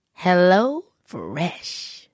HelloFresh